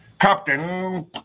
Captain